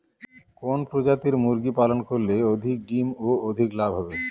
কোন প্রজাতির মুরগি পালন করলে অধিক ডিম ও অধিক লাভ হবে?